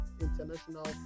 international